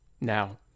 now